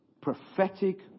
prophetic